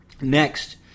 Next